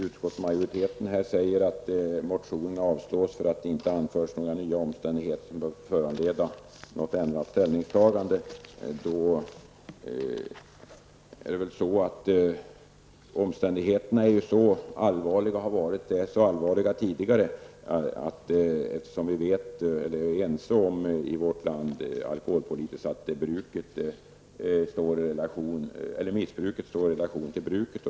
Utskottsmajoriteten säger att motionen avstyrks för att inga nya omständigheter anförs som skulle föranleda något ändrat ställningstagande. Omständigheterna har tidigare varit så allvarliga att vi i vårt land alkoholpolitiskt är ense om att missbruket står i relation till bruket.